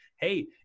hey